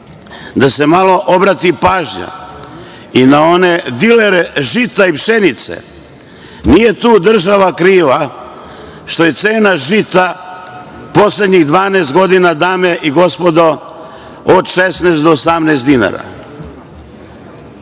da se obrati pažnja i na one dilere žita i pšenice. Nije tu država kriva što je cena žita poslednjih 12 godina, dame i gospodo, od 16 do 18 dinara.